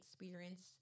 experience